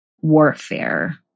warfare